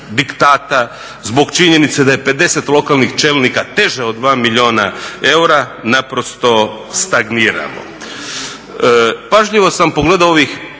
zbog činjenice da je 50 lokalnih čelnika teže od 2 milijuna eura naprosto stagniramo. Pažljivo sam pogledao ovih